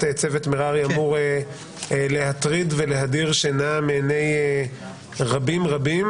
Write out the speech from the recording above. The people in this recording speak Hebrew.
צוות מררי אמור להטריד ולהדיר שינה מעיני רבים רבים,